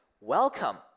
welcome